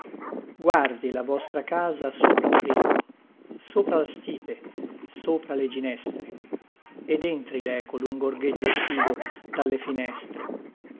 guardi la vostra casa sopra un rivo sopra le stipe sopra le ginestre ed entri leco dun gorgheggio estivo dalle finestre